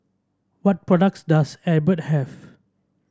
what products does Abbott have